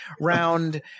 round